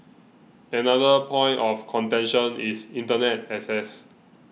another point of contention is Internet access